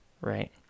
right